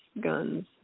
guns